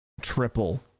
triple